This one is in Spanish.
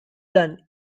plan